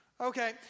okay